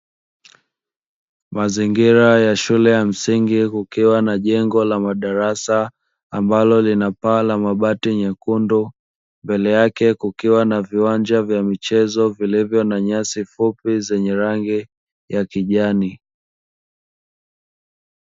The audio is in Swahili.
Mazingira ya shule ya msingi kukiwa na jengo la madarasa ambalo lina paa la mabati lenye rangi nyekundu. Ambapo mbele yake kuna viwanja vya michezo vyenye nyasi fupi za rangi ya kijani.